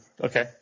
okay